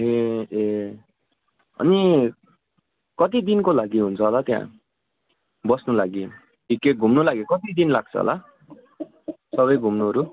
ए ए अनि कति दिनको लागि हुन्छ होला त्यहाँ बस्नु लागि ए के घुम्नु लागि कति दिन लाग्छ होला सबै घुम्नुहरू